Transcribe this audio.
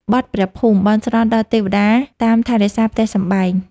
បទព្រះភូមិ បន់ស្រន់ដល់ទេវតាថែរក្សាផ្ទះសម្បែង។